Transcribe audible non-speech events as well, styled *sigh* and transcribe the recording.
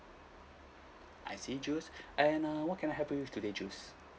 I see jules *breath* and err what can I help you with today jules